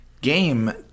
game